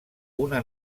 una